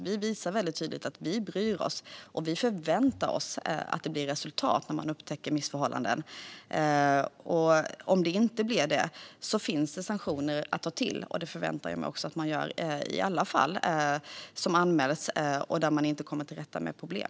Vi visar väldigt tydligt att vi bryr oss, och vi förväntar oss att det blir resultat när man upptäcker missförhållanden. Om det inte blir resultat finns det sanktioner att ta till, och jag förväntar mig att man tar till dem i alla fall som anmäls där man inte kommer till rätta med problem.